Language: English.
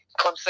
Clemson